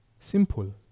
Simple